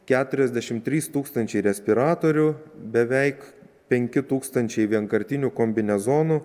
keturiasdešimt trys tūkstančiai respiratorių beveik penki tūkstančiai vienkartinių kombinezonų